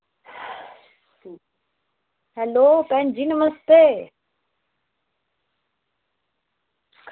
hello भैन जी नमस्ते